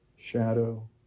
shadow